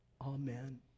Amen